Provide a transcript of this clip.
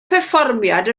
perfformiad